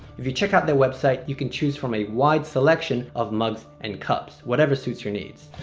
if you check out their website, you can choose from a wide selection of mugs and cups whatever suits your needs.